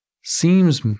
seems